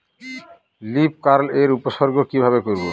Leaf curl এর উপসর্গ কিভাবে করব?